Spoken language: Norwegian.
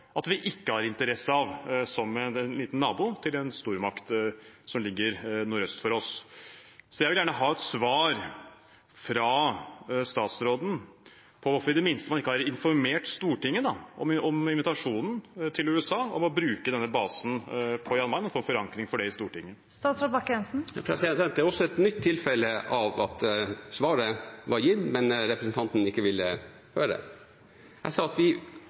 at vi ikke har interesse av som en liten nabo til en stormakt som ligger nordøst for oss. Jeg vil gjerne ha et svar fra statsråden på hvorfor man ikke i det minste har informert Stortinget om invitasjonen til USA om å bruke denne basen på Jan Mayen og fått forankring for det i Stortinget. Dette er et nytt tilfelle av at svaret er gitt, men at representanten ikke ville høre. Jeg sa at vi